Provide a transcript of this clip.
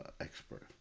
expert